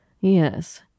Yes